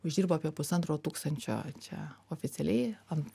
uždirba apie pusantro tūkstančio čia oficialiai ant